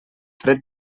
fred